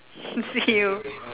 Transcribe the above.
see you